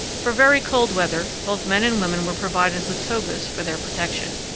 for very cold weather both men and women were provided with togas for their protection.